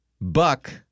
buck